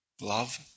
Love